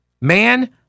man